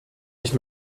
nicht